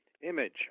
image